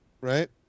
right